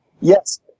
Yes